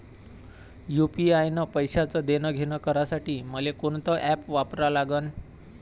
UPI न पैशाचं देणंघेणं करासाठी मले कोनते ॲप वापरा लागन?